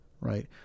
Right